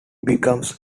becomes